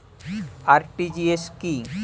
RTGS কি?